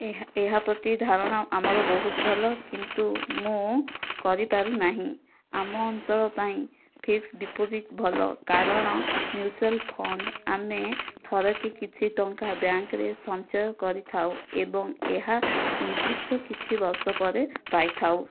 ଏହାପ୍ରତି ଧାରଣ ଆମର ବହୁତ ଭଲ କିନ୍ତୁ ମୁଁ କରିପାରିନାହିଁ ଆମ ଅଞ୍ଚଳ ପାଇଁ ଫିକ୍ସଡ଼୍ ଡିପୋଜିଟ ଭଲ କାରଣ ମ୍ୟୁଚୁଆଲ୍ ଫଣ୍ତ ଆମେ ଥରକେ କିଛି ଟଙ୍କା ବ୍ୟାଙ୍କରେ ସଞ୍ଚୟ କରିଥାଉ ଏବଂ ଏହା ନିର୍ଦ୍ଧିଷ୍ଟ କିଛି ବର୍ଷ ପରେ ପାଇଥାଉ